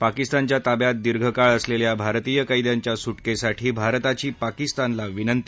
पाकिस्तानच्या ताब्यात दीर्घकाळ असलेल्या भारतीय कैद्यांच्या सुटकेसाठी भारताची पाकिस्तानला विनती